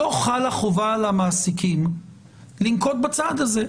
לא חלה חובה על המעסיקים לנקוט בצעד הזה.